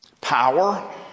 power